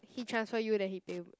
he transfer you then he pay you b~